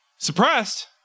suppressed